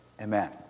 amen